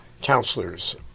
counselors